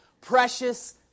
precious